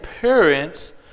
parents